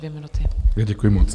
Já děkuji moc.